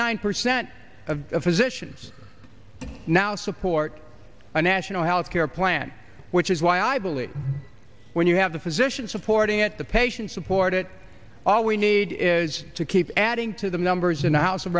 nine percent of physicians now support a national health care plan which is why i believe when you have the physicians supporting it the patients support it all we need is to keep adding to the numbers in the house of